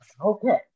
Okay